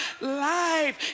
life